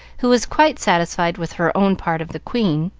who was quite satisfied with her own part of the queen.